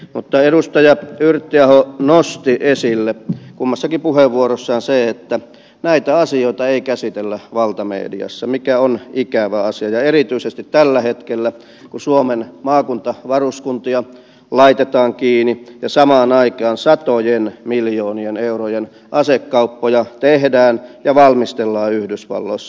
mutta edustaja yrttiaho nosti esille kummassakin puheenvuorossaan sen että näitä asioita ei käsitellä valtamediassa mikä on ikävä asia ja erityisesti tällä hetkellä kun suomen maakuntavaruskuntia laitetaan kiinni ja samaan aikaan satojen miljoonien eurojen asekauppoja tehdään ja valmistellaan yhdysvalloissa